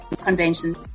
Convention